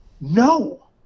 no